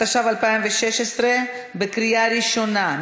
התשע"ו 2016, בקריאה ראשונה.